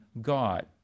God